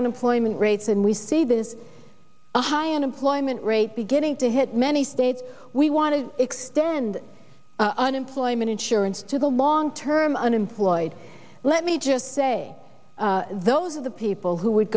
unemployment rates and we see this high unemployment rate beginning to hit many states we want to extend unemployment insurance to the long term unemployed let me just say those are the people who would